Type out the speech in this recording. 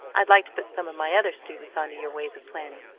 i'd like to put some of my other students onto your ways of planning.